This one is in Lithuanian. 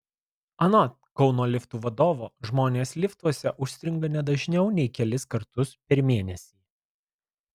anot kauno liftų vadovo žmonės liftuose užstringa ne dažniau nei kelis kartus per mėnesį